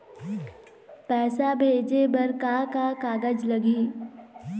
पैसा भेजे बर का का कागज लगही?